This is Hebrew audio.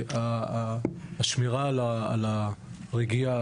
השמירה על הרגיעה,